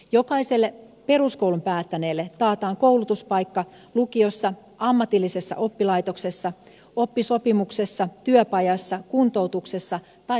jokaiselle peruskoulun päättäneelle taataan koulutuspaikka lukiossa amma tillisessa oppilaitoksessa oppisopimuksessa työpajassa kuntoutuksessa tai muulla tavoin